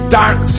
dark